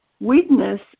weakness